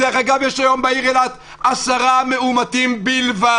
דרך אגב, יש היום בעיר אילת עשרה מאומתים בלבד.